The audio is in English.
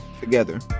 together